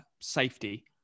safety